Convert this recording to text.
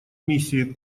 миссии